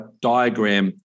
diagram